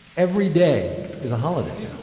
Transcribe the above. every day is a holiday.